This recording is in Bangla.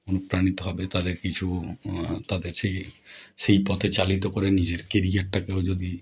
অনুপ্রাণিত হবে তাদের কিছু তাদের সেই সেই পথে চালিত করে নিজের কেরিয়ারটাকেও যদি